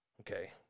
Okay